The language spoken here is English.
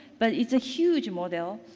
but it's a huge model.